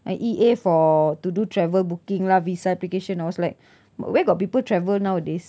like E_A for to do travel booking lah visa application I was like but where got people travel nowadays